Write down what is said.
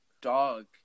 dog